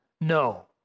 No